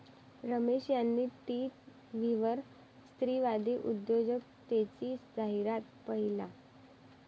रमेश यांनी टीव्हीवर स्त्रीवादी उद्योजकतेची जाहिरात पाहिली